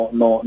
no